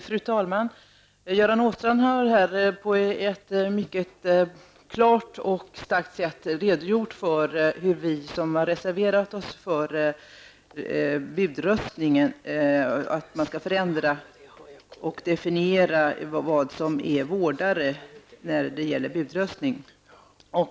Fru talman! Göran Åstrand har här på ett mycket klart och eftertryckligt sätt redogjort för hur vi som har reserverat oss anser att man skall förändra och definiera begreppet vårdare i samband med budröstning.